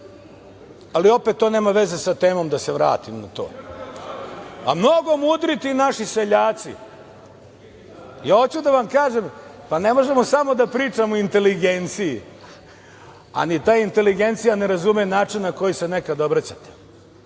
ali opet to nema veze sa temom da se vratim na to. A, mnogo mudri ti naši seljaci, ja hoću da vam kažem, ne možemo samo da pričamo o inteligenciji, a ni ta inteligencija ne razume način na koji se nekada obraćate. Dakle,